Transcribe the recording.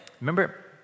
Remember